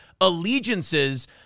allegiances